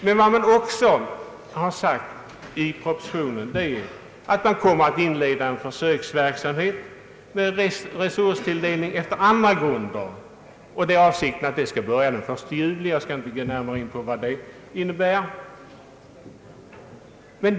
Man har också sagt i propositionen att man kommer att starta en försöksverksamhet med viss resurstilldelning efter andra grunder. Denna verksamhet beräknas börja den 1 juli och jag skall inte gå närmare in på vad den innebär.